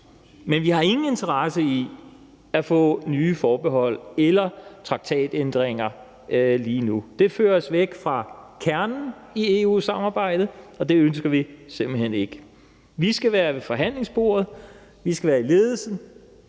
Men vi har ingen interesse i at få nye forbehold eller traktatændringer lige nu. Det fører os væk fra kernen i EU-samarbejdet, og det ønsker vi simpelt hen ikke. Vi skal være ved forhandlingsbordet. Vi skal være i ledelsen.